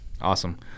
Awesome